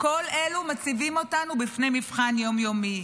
כל אלו מציבים אותנו במבחן יום-יומי.